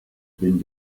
been